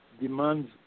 demands